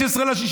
16 ביוני.